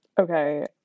Okay